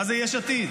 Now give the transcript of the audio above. מה זה יש עתיד?